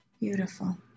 Beautiful